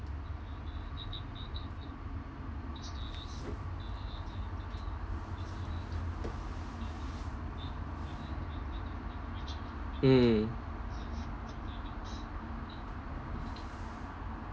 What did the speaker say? mm